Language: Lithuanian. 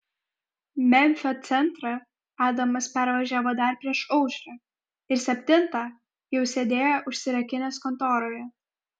memfio centrą adamas pervažiavo dar prieš aušrą ir septintą jau sėdėjo užsirakinęs kontoroje